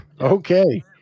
Okay